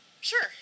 Sure